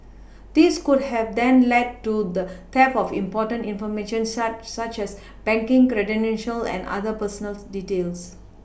this could have then lead to the theft of important information such such as banking credentials and other personal details